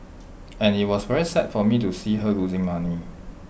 and IT was very sad for me to see her losing money